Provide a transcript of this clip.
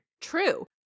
True